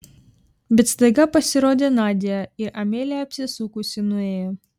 bet staiga pasirodė nadia ir amelija apsisukusi nuėjo